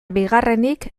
bigarrenik